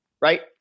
right